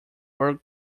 berg